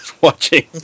watching